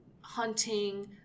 hunting